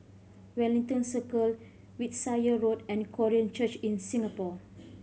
Wellington Circle Wiltshire Road and Korean Church in Singapore